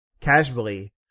casually